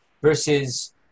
versus